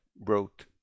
wrote